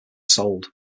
sold